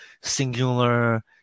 singular